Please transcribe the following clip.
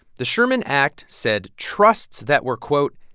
the sherman act said trusts that were, quote,